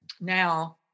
now